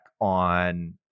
on